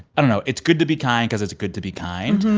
i don't know. it's good to be kind because it's good to be kind.